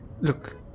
Look